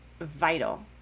vital